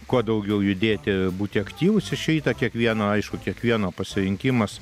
kuo daugiau judėti būti aktyvūs iš ryto kiekvieno aišku kiekvieno pasirinkimas